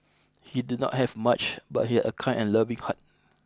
he did not have much but he had a kind and loving heart